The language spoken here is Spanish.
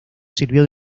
sirvió